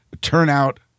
Turnout